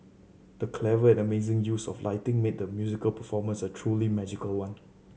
the clever and amazing use of lighting made the musical performance a truly magical one